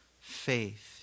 faith